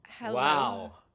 Wow